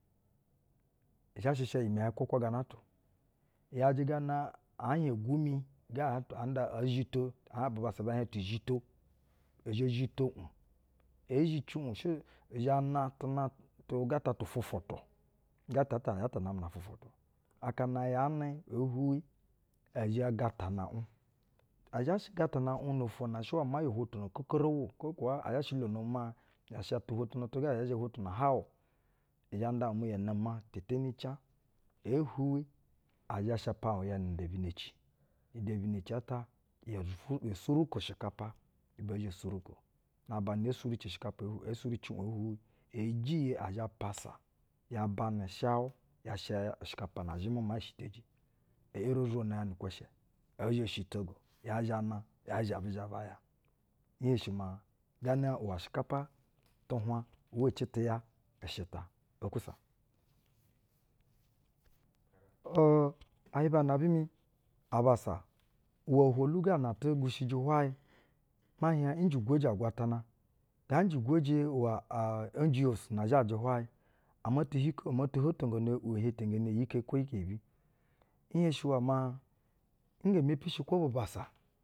I zha shɛ sha iyimɛnyɛ kwakwa gana ata o. I’yajɛ gana ɛɛ hieŋ gwumi ga aa nda oo zhito, ɛɛ hieŋ bubassa bɛɛ hieŋ ti zhito. ɛ zhɛ zhito uŋ, ee zhici uŋ, shɛ uzhɛ na, tuna tu gata tu ufwufwutwu, gata, ta, ya ta namɛ na fwufwutu. Akana ya nɛ, oo hwuwi, ɛ zhɛ gatana uŋ. A zha shɛ gatana uŋ no-ofwo na shɛ maa yo hwotono kokoroku kwo kaa a zha shɛ lono maa ya shat u hwotono tug a yɛ zhɛ hwotono hawu o. ɛ zhɛ uŋ maa ya nama te teni cɛŋ, ee hwuwi, ɛ zhɛ shapa uŋ ya nu-uda bineci, nu-uda bineci ata uo zur, yo suruko ushɛkana, ibɛ ɛɛ zhɛ suruko. Na aba na ee suruci shɛkapa ee hwu ee suruci uŋ ee hwuwi, ee jiye ɛɛ zhɛ paisa ya banɛ shawu, asha ushɛkapa na zhɛmɛ maa eshiteji. E eri o zwono ya ni-ikwɛshɛ, ɛ zhɛ shtogo, yɛɛ na, yɛɛ zhɛ abi zhɛ bay a. Nhesnshi maa, gana iwɛ ushɛkaoa tu nhwu uwa ci ti ya i shɛ ta. Okwo sa or, ashiɛba anabi mi a bassa, iwɛ ohwolu ga na ɛeti gwushiji hwajɛ mɛ hieŋ, njɛ-ugwajɛ agwatana, nga njɛ-ugwojɛ iwɛ aa n. G. O’s na zhajɛ hwajɛ omo ti hi, o mo ti hotongono iwɛ ihetengene iwɛ iyi-ike kwo iyebi. Nhenshi iwɛ maa, nge mepi shi bubassa.